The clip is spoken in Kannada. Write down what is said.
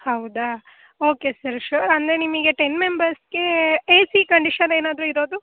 ಹೌದಾ ಓಕೆ ಸರ್ ಶೋರ್ ಅಂದರೆ ನಿಮಗೆ ಟೆನ್ ಮೆಂಬರ್ಸ್ಗೆ ಎ ಸಿ ಕಂಡೀಷನ್ ಏನಾದರೂ ಇರೋದು